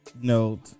note